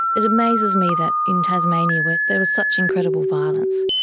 it amazes me that in tasmania, where there was such incredible violence,